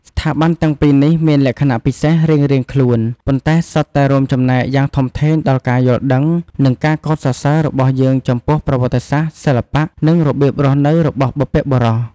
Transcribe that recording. ស្ថាប័នទាំងពីរនេះមានលក្ខណៈពិសេសរៀងៗខ្លួន ប៉ុន្តែសុទ្ធតែរួមចំណែកយ៉ាងធំធេងដល់ការយល់ដឹង និងការកោតសរសើររបស់យើងចំពោះប្រវត្តិសាស្ត្រ សិល្បៈ និងរបៀបរស់នៅរបស់បុព្វបុរស។